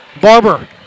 Barber